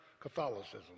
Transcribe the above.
Catholicism